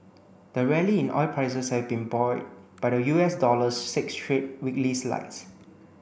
the rally in oil prices has been buoyed by the U S dollar's six straight weekly slides